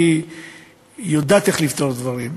והיא יודעת איך לפתור דברים,